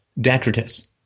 detritus